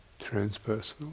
transpersonal